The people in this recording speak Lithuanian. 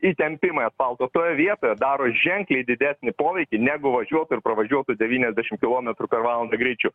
įtempimai asfalto toje vietoje daro ženkliai didesnį poveikį negu važiuotų ir pravažiuotų devyniasdešim kilometrų per valandą greičiu